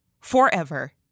forever